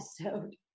episode